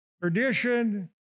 Tradition